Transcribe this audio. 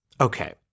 Okay